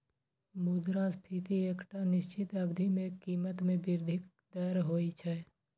मुद्रास्फीति एकटा निश्चित अवधि मे कीमत मे वृद्धिक दर होइ छै